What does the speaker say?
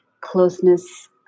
closeness